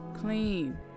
clean